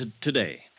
Today